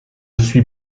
suis